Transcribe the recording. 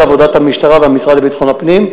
עבודת המשטרה והמשרד לביטחון הפנים.